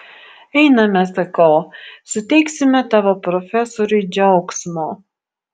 einame sakau suteiksime tavo profesoriui džiaugsmo